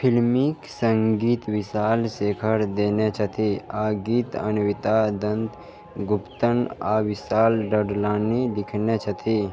फिलमिक सङ्गीत विशाल शेखर देने छथि आ गीत अनविता दत्त गुप्तन आ विशाल डडलानी लिखने छथि